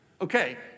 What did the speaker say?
Okay